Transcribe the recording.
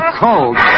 cold